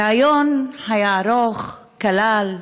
הריאיון היה ארוך, כלל: